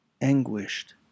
anguished